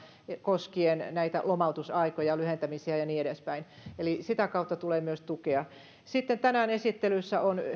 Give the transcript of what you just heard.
koskien näitä lomautusaikoja lyhentämisiä ja niin edespäin eli sitä kautta tulee myös tukea sitten tänään esittelyssä on